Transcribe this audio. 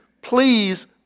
Please